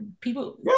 people